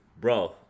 Bro